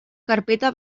carpeta